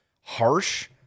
harsh